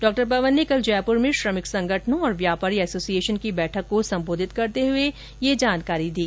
डा पवन ने कल जयपुर में श्रमिक संगठनों और व्यापारीएसोसिएशन की बैठक को सम्बोधित करते हुए ये जानकारी दी